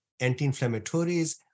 anti-inflammatories